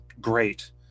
great